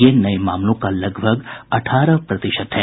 ये नए मामलों का लगभग अठारह प्रतिशत है